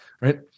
Right